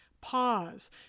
pause